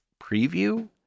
preview